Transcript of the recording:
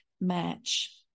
match